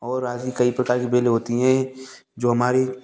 और आज ही कई प्रकार की बेलें होती हैं जो हमारी